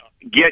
get